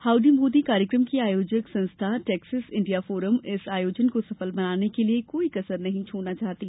howdy Modi कार्यक्रम की आयोजक संस्था टेक्सास इंडिया फोरम इस आयोजन को सफल बनाने के लिए कोई कसर नहीं छोड़ना चाहती